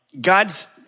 God's